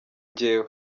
njyewe